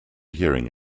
hearing